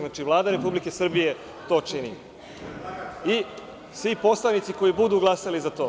Znači, Vlada Republike Srbije to čini, i svi poslanici koji budu glasali za to.